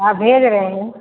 हाँ भेज रहे हैं